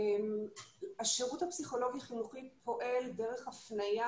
השירות הפסיכולוגי-חינוכי פועל דרך הפניה